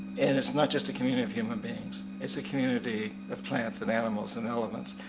and it's not just a community of human beings, it's a community of plants and animals and elements.